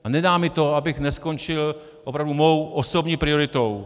A nedá mi to, abych neskončil opravdu svou osobní prioritou.